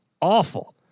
awful